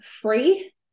free